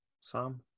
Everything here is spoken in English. Sam